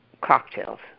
cocktails